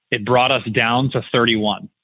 it brought us down to thirty one.